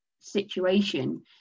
situation